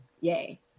Yay